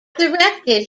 directed